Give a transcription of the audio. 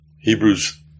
Hebrews